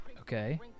Okay